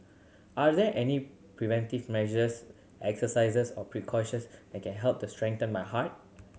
are there any preventive measures exercises or precautions that can help to strengthen my heart